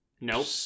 Nope